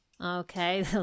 Okay